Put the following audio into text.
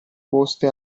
poste